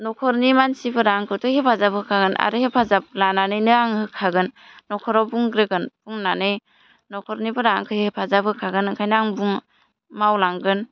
न'खरनि मानसिफोरा आंखौथ' हेफाजाब होखागोन आरो हेफाजाब लानानैनो आङो होखागोन न'खराव बुंग्रोगोन बुंनानै न'खरनिफोरा आंखो हेफाजाब होखागोन ओंखायनो आं मावलांगोन